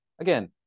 again